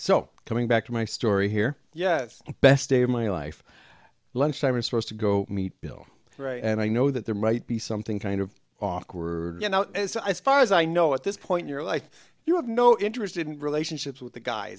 so coming back to my story here yes best day of my life lunchtime are supposed to go meet bill right and i know that there might be something kind of awkward you know as i say far as i know at this point in your life you have no interest in relationships with the guy